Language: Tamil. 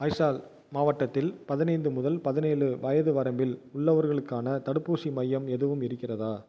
அய்சால் மாவட்டத்தில் பதினைந்து முதல் பதினேழு வயது வரம்பில் உள்ளவர்களுக்கான தடுப்பூசி மையம் எதுவும் இருக்கிறதா